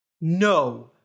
no